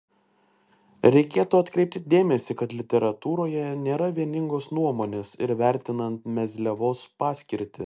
reikėtų atkreipti dėmesį kad literatūroje nėra vieningos nuomonės ir vertinant mezliavos paskirtį